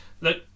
look